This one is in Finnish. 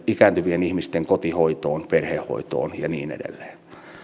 ikääntyvien ihmisten kotihoitoon perhehoitoon ja niin edelleen